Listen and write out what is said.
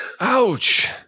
Ouch